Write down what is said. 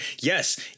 Yes